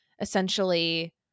essentially